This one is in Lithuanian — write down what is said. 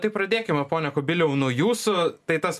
tai pradėkime pone kubiliau nuo jūsų tai tas